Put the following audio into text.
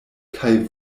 kaj